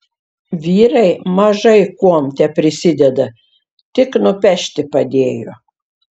vyrai mažai kuom teprisideda tik nupešti padėjo